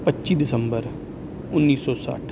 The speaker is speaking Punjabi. ਪੱਚੀ ਦਸੰਬਰ ਉੱਨੀ ਸੌ ਸੱਠ